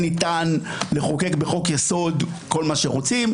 ניתן לחוקק בחוק יסוד כל מה שרוצים.